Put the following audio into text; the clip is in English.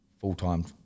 full-time